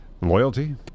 loyalty